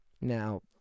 Now